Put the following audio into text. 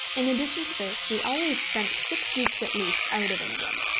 in addition to this we always spent six weeks at least out of england.